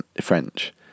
french